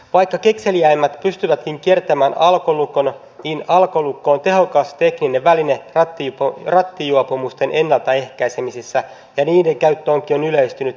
vaikka kekseliäimmät pystyvätkin kiertämään alkolukon niin alkolukko on tehokas tekninen väline rattijuopumusten ennaltaehkäisemisessä ja niiden käyttö onkin yleistynyt euroopassa